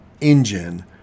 engine